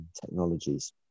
technologies